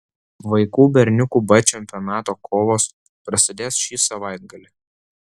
vaikų berniukų b čempionato kovos prasidės šį savaitgalį